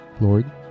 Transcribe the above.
Lord